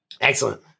Excellent